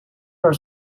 are